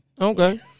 Okay